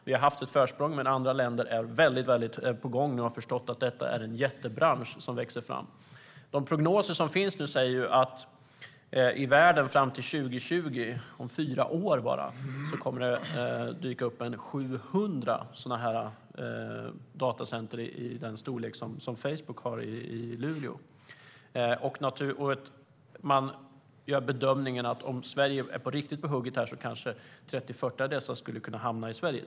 Vi har haft ett försprång, men andra länder är väldigt på gång och har förstått att det är en jättebransch som växer fram. De prognoser som finns nu säger att det i världen fram till 2020, om bara fyra år, kommer att dyka upp 700 datacenter i den storlek som Facebook har i Luleå. Man gör bedömningen att om Sverige är riktigt på hugget kanske 30-40 av dessa skulle kunna hamna i Sverige.